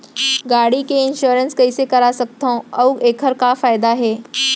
गाड़ी के इन्श्योरेन्स कइसे करा सकत हवं अऊ एखर का फायदा हे?